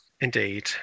indeed